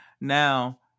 Now